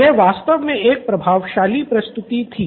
यह वास्तव में एक प्रभावशाली प्रस्तुति थी